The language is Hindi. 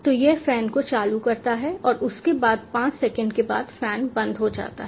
तो यह फैन को चालू करता है और उसके बाद 5 सेकंड के बाद फैन बंद हो जाता है